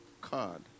card